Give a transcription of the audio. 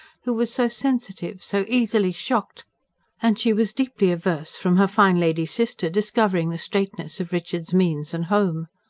who was so sensitive, so easily shocked and she was deeply averse from her fine-lady sister discovering the straitness of richard's means and home.